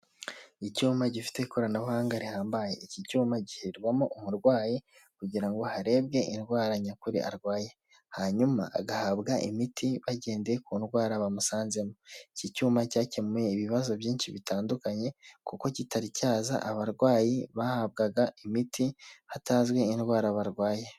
Icyuma gifite ikoranabuhanga rihambaye. Iki cyuma gishyirwamo umurwayi kugira ngo harebwe indwara nyakuri arwaye, hanyuma agahabwa imiti bagendeye ku ndwara bamusanzemo. Iki cyuma cyakemuye ibibazo byinshi bitandukanye kuko kitari cyaza, abarwayi bahabwaga imiti hatazwi indwara barwaye.